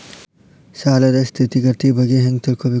ಸಾಲದ್ ಸ್ಥಿತಿಗತಿ ಬಗ್ಗೆ ಹೆಂಗ್ ತಿಳ್ಕೊಬೇಕು?